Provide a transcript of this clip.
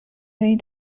این